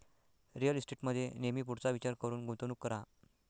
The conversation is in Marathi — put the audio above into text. रिअल इस्टेटमध्ये नेहमी पुढचा विचार करून गुंतवणूक करा